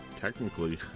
Technically